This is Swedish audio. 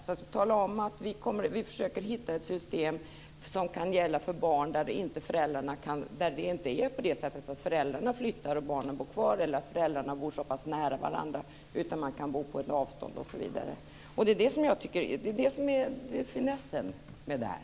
Vi talar om att vi försöker hitta ett system som kan gälla för barn där det inte är så att föräldrarna flyttar och barnen bor kvar eller att föräldrarna bor nära varandra. Man kan ju också bo på ett visst avstånd osv. Det är det som är finessen med det här.